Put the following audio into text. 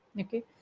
Okay